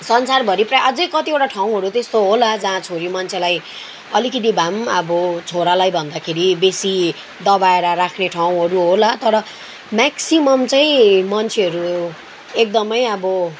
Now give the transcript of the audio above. संसारभरिकै अझै कतिवटा ठाउँहरू त्यस्तो होला जहाँ छोरी मान्छेलाई अलिकिति भए पनि अब छोरालाई भन्दाखेरि बेसी दबाएर राख्ने ठाउँहरू होला तर म्याकसिमम् चाहिँ मान्छेहरू एकदमै अब